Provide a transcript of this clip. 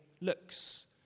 looks